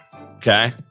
Okay